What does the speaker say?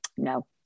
No